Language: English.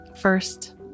First